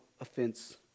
offense